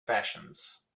fashions